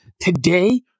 Today